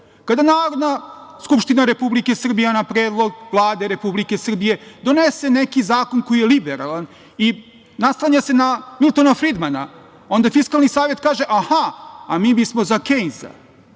Narodna skupština Republike Srbije na predlog Vlade Republike Srbije donese neki zakon koji je liberalan i naslanja se na Miltona Fridmana, onda Fiskalni savet kaže – aha, a mi bismo za Kejnsa,